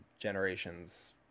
generation's